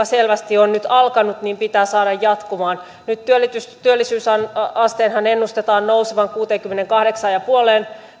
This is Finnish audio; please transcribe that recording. selvästi on nyt alkanut pitää saada jatkumaan nyt työllisyysasteenhan ennustetaan nousevan kuuteenkymmeneenkahdeksaan pilkku viiteen